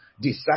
decide